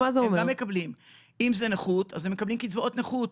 אם זה נכות אז הם מקבלים קצבאות נכות.